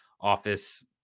office